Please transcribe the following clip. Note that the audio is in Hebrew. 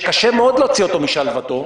שקשה מאוד להוציא אותו משלוותו,